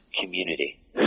community